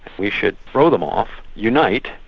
we should throw them off, unite,